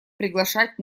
приглашать